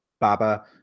baba